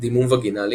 דימום וגינלי